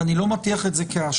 ואני לא מטיח את זה כהאשמה,